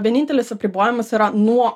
vienintelis apribojimas yra nuo